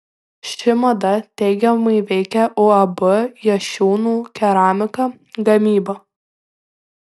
ši mada teigiamai veikia uab jašiūnų keramika gamybą